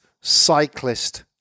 cyclist